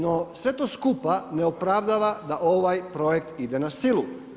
No, sve to skupa ne opravdava da ovaj projekt ide na silu.